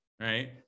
Right